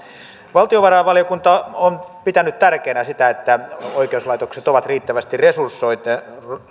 valtiovarainvaliokunta on pitänyt tärkeänä sitä että oikeuslaitokset ovat riittävästi resursoituja